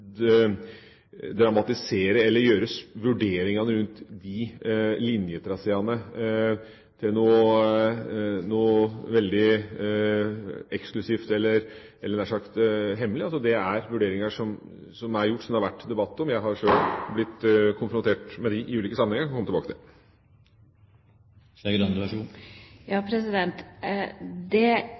skal dramatisere eller gjøre vurderingene rundt de linjetraseene til noe veldig eksklusivt eller nær sagt hemmelig. Det er vurderinger som er gjort, som det har vært debatt om. Jeg har sjøl blitt konfrontert med dem i ulike sammenhenger, og kan komme tilbake til det.